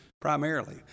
primarily